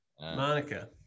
Monica